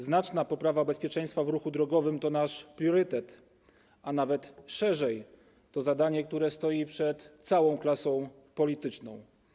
Znaczna poprawa bezpieczeństwa w ruchu drogowym to nasz priorytet, a nawet szerzej - to zadanie, które stoi przed całą klasą polityczną.